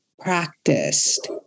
practiced